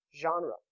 Genre